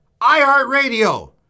iHeartRadio